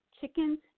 chickens